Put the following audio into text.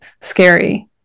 scary